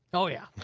oh yeah.